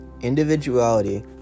Individuality